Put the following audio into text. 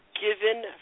given